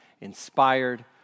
Inspired